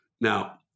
Now